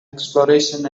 exploration